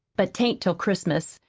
but tain't till christmas,